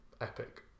epic